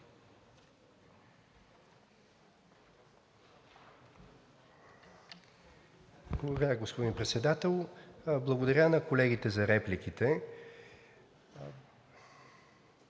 Благодаря Ви, господин Председател. Благодаря на колегите за репликите.